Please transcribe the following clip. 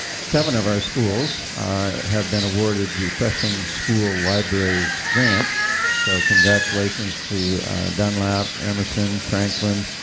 seven of our schools have been awarded refreshing school libraries grants so congratulations to dunlap, emerson, franklin,